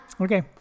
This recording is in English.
Okay